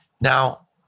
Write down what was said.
Now